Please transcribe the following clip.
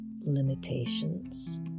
limitations